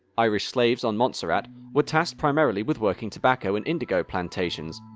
irish slaves on montserrat were tasked primarily with working tobacco and indigo plantations,